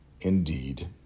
indeed